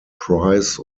price